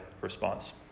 response